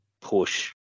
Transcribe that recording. push